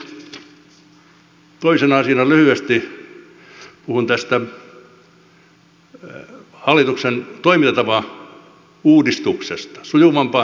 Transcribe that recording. toisena asiana lyhyesti puhun tästä hallituksen toimintatapauudistuksesta sujuvampaan suomeen